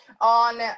on